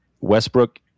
Westbrook